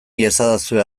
iezadazue